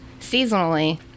seasonally